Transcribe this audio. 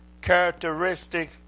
characteristic